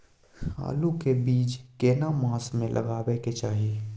आलू के बीज केना मास में लगाबै के चाही?